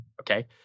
Okay